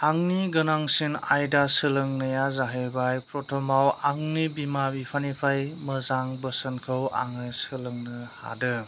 आंनि गोनांसिन आयदा सोलोंनाया जाहैबाय प्रथमाव आंनि बिमा बिफानिफ्राय मोजां बोसोनखौ आङो सोलोंनो हादों